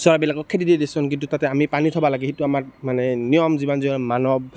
চৰাইবিলাকক খেদি দিয়ে দেচোন কিন্তু তাতে আমি পানী থ'ব লাগে সেইটো আমাৰ মানে নিয়ম যিমান যি হওক মানুহক